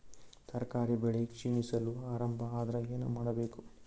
ತರಕಾರಿ ಬೆಳಿ ಕ್ಷೀಣಿಸಲು ಆರಂಭ ಆದ್ರ ಏನ ಮಾಡಬೇಕು?